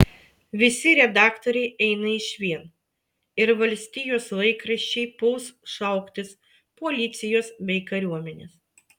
visi redaktoriai eina išvien ir valstijos laikraščiai puls šauktis policijos bei kariuomenės